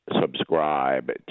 subscribe